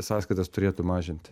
sąskaitas turėtų mažinti